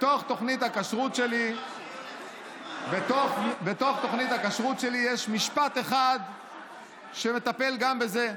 בתוך תוכנית הכשרות שלי יש משפט אחד שמטפל גם בזה,